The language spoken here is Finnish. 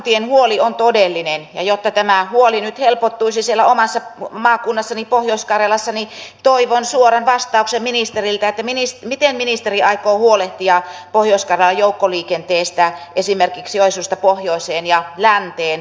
maakuntien huoli on todellinen ja jotta tämä huoli nyt helpottuisi siellä omassa maakunnassani pohjois karjalassa niin toivon suoran vastauksen ministeriltä että miten ministeri aikoo huolehtia pohjois karjalan joukkoliikenteestä esimerkiksi joensuusta pohjoiseen ja länteen